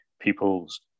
people's